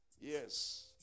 Yes